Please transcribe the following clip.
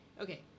okay